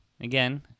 Again